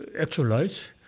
Actualize